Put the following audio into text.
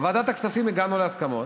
בוועדת הכספים הגענו להסכמות,